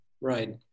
Right